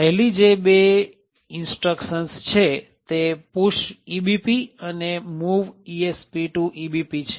પહેલી જે બે instructions છે તે "push EBP" અને "move ESP to EBP" છે